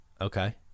okay